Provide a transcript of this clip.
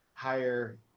higher